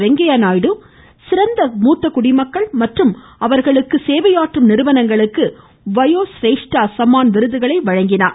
வெங்கய்ய நாயுடு சிறந்த மூத்த குடிமக்கள் மற்றும் அவர்களுக்கு சேவையாற்றும் நிறுவனங்களுக்கு வயோ ஸ்ரேஷ்டா சம்மான் விருதுகளை வழங்கினார்